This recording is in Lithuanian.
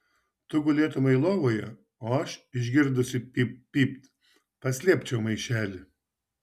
tu gulėtumei lovoje o aš išgirdusi pypt pypt paslėpčiau maišelį